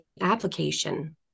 application